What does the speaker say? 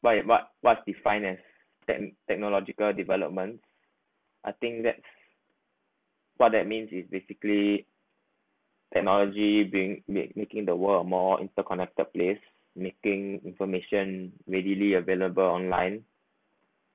what's what what's define as tech technological development I think that's what that means is basically technology being make making the world or more interconnected place making information readily available online